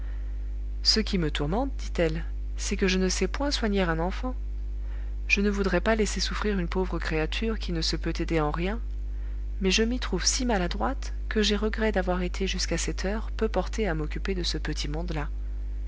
ce qui me tourmente dit-elle c'est que je ne sais point soigner un enfant je ne voudrais pas laisser souffrir une pauvre créature qui ne se peut aider en rien mais je m'y trouve si maladroite que j'ai regret d'avoir été jusqu'à cette heure peu portée à m'occuper de ce petit monde-là